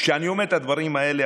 כשאני אומר את הדברים האלה,